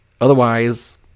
Otherwise